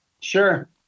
Sure